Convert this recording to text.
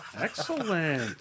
Excellent